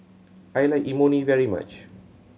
I like Imoni very much